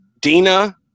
Dina